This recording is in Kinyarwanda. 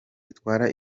itwara